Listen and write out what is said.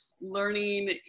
learning